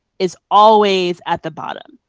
is always at the bottom.